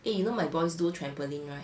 eh you know my boss do trampoline [right]